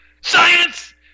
science